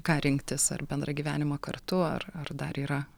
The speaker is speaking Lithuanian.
ką rinktis ar bendrą gyvenimą kartu ar ar dar yra